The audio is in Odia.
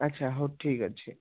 ଆଚ୍ଛା ହଉ ଠିକ୍ ଅଛି